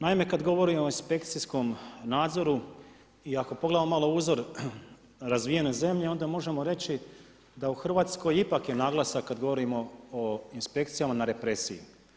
Naime kad govorimo o inspekcijskom nadzoru i ako pogledamo malo uzor razvijene zemlje onda možemo reći da u Hrvatskoj ipak je naglasak kad govorimo o inspekcija na represiji.